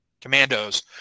commandos